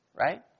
right